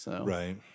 Right